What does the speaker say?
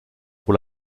pour